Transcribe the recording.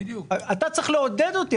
אתה צריך לעודד אותי,